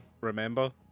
remember